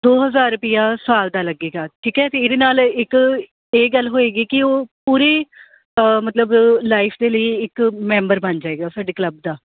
ਦੋ ਹਜ਼ਾਰ ਰੁਪਇਆ ਸਾਲ ਦਾ ਲੱਗੇਗਾ ਠੀਕ ਹੈ ਅਤੇ ਇਹਦੇ ਨਾਲ ਇੱਕ ਇਹ ਗੱਲ ਹੋਏਗੀ ਕਿ ਉਹ ਪੂਰੇ ਮਤਲਬ ਲਾਈਫ ਦੇ ਲਈ ਇੱਕ ਮੈਂਬਰ ਬਣ ਜਾਏਗਾ ਸਾਡੇ ਕਲੱਬ ਦਾ